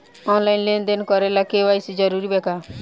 Online लेन देन करे ला के.वाइ.सी जरूरी बा का?